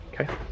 Okay